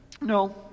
No